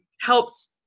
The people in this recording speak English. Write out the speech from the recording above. helps